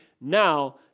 now